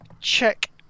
check